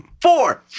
Four